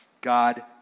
God